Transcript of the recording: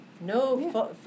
no